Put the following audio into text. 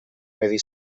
medi